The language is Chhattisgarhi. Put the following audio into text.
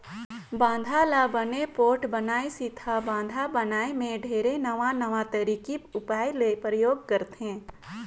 बांधा ल बने पोठ बनाए सेंथा बांध बनाए मे ढेरे नवां नवां तरकीब उपाय ले परयोग करथे